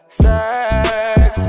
sex